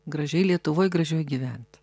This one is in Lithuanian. gražiai lietuvoj gražioj gyvent